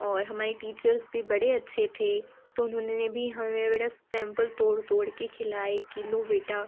और हमारी टीचर्स भी बड़े अच्छे थे तो उन्होंने भी हमें बड़ा सैम्पल तोड़ तोड़ कर खिलाए कि लो बेटा